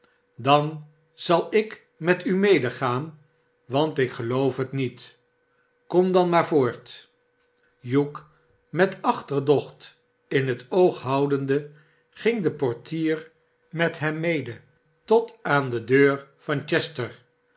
dan zal ik met u medegaan want ik geloof het niet skom dan maar voort hugh met achterdocht in het oog houdende ging de portier met hem mede tot aan de deur van chester